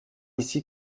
ici